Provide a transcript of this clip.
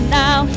now